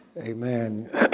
Amen